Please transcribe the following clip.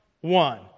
one